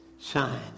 shine